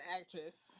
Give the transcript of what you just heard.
actress